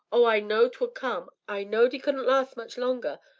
oh! i knowed twould come i knowed e couldn't last much longer.